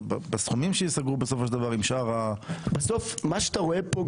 בסכומים שייסגרו בסופו של דבר עם שאר --- מה שאתה רואה פה,